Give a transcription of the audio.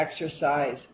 exercise